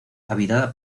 habitada